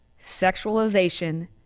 sexualization